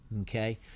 Okay